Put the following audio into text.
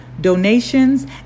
donations